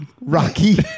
Rocky